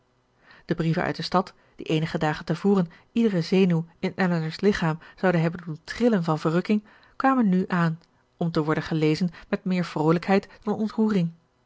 de brieven uit de stad die eenige dagen tevoren iedere zenuw in elinor's lichaam zouden hebben doen trillen van verrukking kwamen nu aan om te worden gelezen met meer vroolijkheid dan ontroering